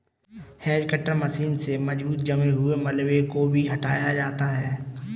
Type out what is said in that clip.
hedge cutter machine से मजबूत जमे हुए मलबे को भी हटाया जाता है